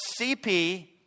CP